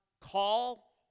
call